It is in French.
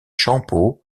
champeaux